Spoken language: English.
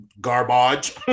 garbage